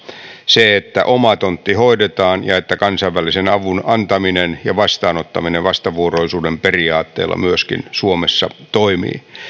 se että oma tontti hoidetaan ja että kansainvälisen avun antaminen ja vastaanottaminen vastavuoroisuuden periaatteella myöskin suomessa toimii